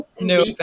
No